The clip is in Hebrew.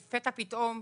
לפתע פתאום,